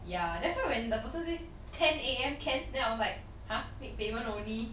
ya that's why when the person say ten A_M can then I was like !huh! make payment only